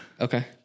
Okay